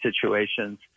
situations